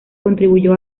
contribuyó